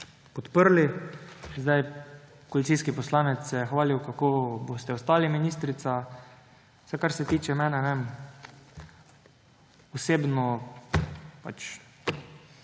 podprli. Koalicijski poslanec se je hvalil, kako boste ostali ministrica. Vsaj kar se tiče mene, ste osebno